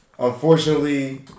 Unfortunately